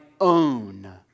own